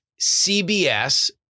CBS